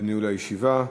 בניהול הישיבה.